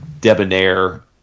debonair